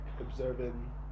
observing